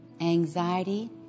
anxiety